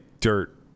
dirt